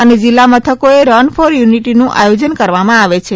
અને જિલ્લા મથકોએ રન ફોર યુનિટીનું આયોજન કરવામાં આવે છે